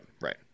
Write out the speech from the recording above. Right